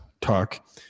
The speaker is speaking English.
talk